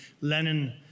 Lenin